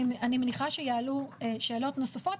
אני מניחה שיעלו שאלות נוספות,